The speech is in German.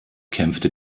kämpfte